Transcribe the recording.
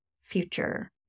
future